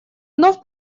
вновь